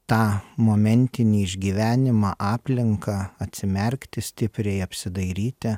tą momentinį išgyvenimą aplinką atsimerkti stipriai apsidairyti